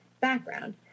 Background